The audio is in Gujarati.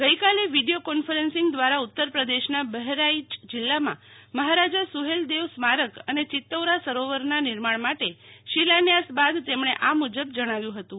ગઈકાલે વીડિયો કોન્ફરન્સિંગ દ્વારા ઉત્તર પ્રદેશના બહરાઈચ જિલ્લામાં મહારાજા સુહેલદેવ સ્મારક અને ચિત્તોર સરોવરના નિર્માણ માટે શિલાનયાસ બાદ તેમણે આ મુજબ જણાવ્યું હતું